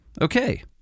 Okay